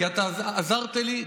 כי אתה עזרת לי,